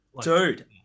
Dude